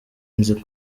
nzi